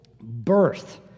birth